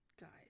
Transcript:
guys